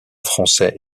français